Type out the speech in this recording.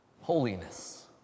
Holiness